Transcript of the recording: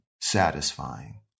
satisfying